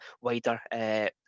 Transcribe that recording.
wider